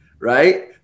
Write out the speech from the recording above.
Right